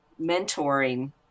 mentoring